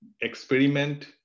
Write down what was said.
experiment